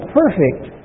perfect